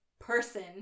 person